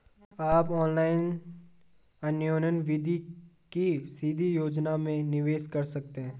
आप ऑनलाइन अन्योन्य निधि की सीधी योजना में निवेश कर सकते हैं